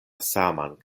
saman